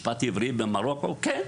משפט עברי במרוקו?" כן.